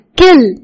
kill